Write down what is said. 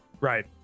Right